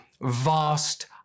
vast